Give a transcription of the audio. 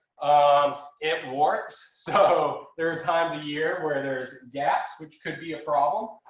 um it works. so there are times a year where there's gaps which could be a problem.